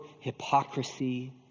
hypocrisy